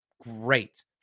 great